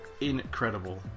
incredible